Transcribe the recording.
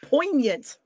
Poignant